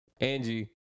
angie